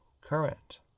current